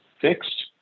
fixed